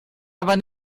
aber